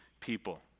people